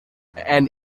and